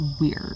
weird